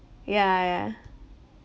yeah ya